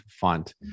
font